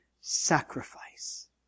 sacrifice